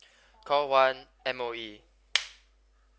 call one M_O_E